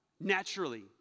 Naturally